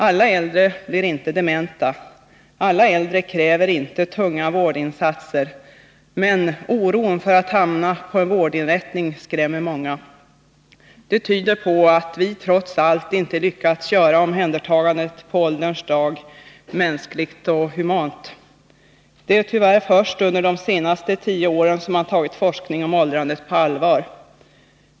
Alla äldre blir inte dementa, alla äldre kräver inte tunga vårdinsatser, men oron för att hamna på en vårdinrättning skrämmer många. Det tyder på att vi trots allt inte lyckats göra omhändertagandet på ålderns dag mänskligt och humant. Det är tyvärr först under de senaste tio åren som man tagit forskning om åldrandet på allvar.